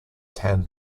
tan